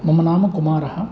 मम नाम कुमारः